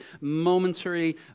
momentary